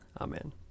Amen